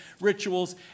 rituals